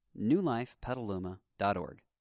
newlifepetaluma.org